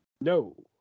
No